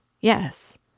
yes